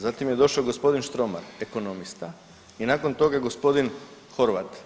Zatim je došao gospodin Štromar ekonomista i nakon toga gospodin Horvat.